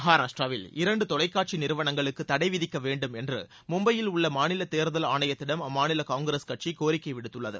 மகாராஷ்டிராவில் இரண்டு தொலைக்காட்சி நிறுவளங்களுக்கு தடைவிதிக்க வேண்டும் என்று மும்பையில் உள்ள மாநில தேர்தல் ஆணையத்திடம் அம்மாநில காங்கிரஸ் கட்சி கோரிக்கை விடுத்துள்ளது